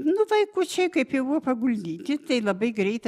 nu vaikučiai kaip jau buvo paguldyti tai labai greit